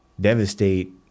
devastate